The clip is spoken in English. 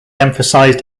emphasized